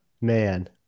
Man